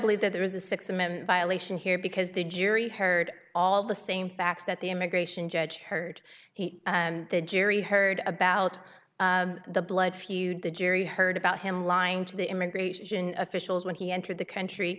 believe that there is a sixth them and violation here because the jury heard all the same facts that the immigration judge heard he and the jury heard about the blood feud the jury heard about him lying to the immigration officials when he entered the country